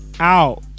out